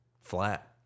flat